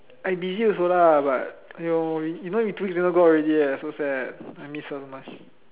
I busy also lah but you you know we two weeks never go out already eh ya so sad I miss her so much